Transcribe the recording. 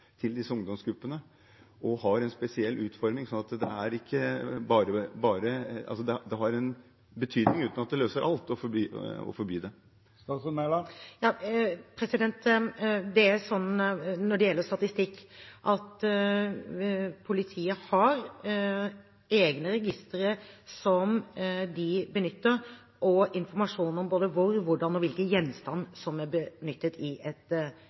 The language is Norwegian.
til disse ungdomsgruppene, og som har en spesiell utforming. Det har en betydning, uten at det løser alt, å forby det. Når det gjelder statistikk, har politiet egne registre de benytter, og de har informasjon om vold, om hvordan og om hvilken gjenstand som er benyttet ved et